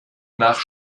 nach